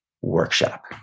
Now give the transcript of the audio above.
workshop